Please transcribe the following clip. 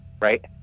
right